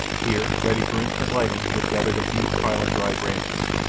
here, ready for instant lighting, was gathered a huge pile of dry branches,